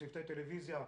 צוותי טלוויזיה,